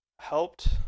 helped